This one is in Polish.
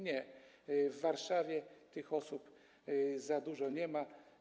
Nie, w Warszawie tych osób za dużo nie ma.